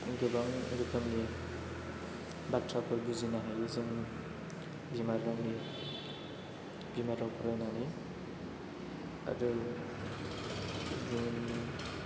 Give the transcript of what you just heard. गोबां रोखोमनि बाथ्राफोर बुजिनो हायो जों बिमा राव फरायनानै आरो